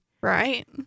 Right